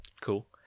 cool